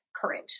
courage